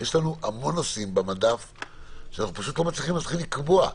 יש לנו המון נושאים במדף שאנחנו פשוט לא מצליחים להתחיל לקבוע,